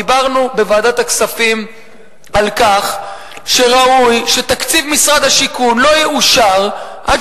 דיברנו בוועדת הכספים על כך שראוי שתקציב משרד השיכון לא יאושר עד